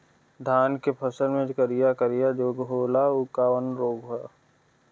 धान के फसल मे करिया करिया जो होला ऊ कवन रोग ह?